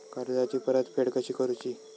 कर्जाची परतफेड कशी करूची?